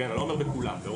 אני לא אומר בכל המקרים,